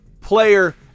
player